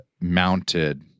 mounted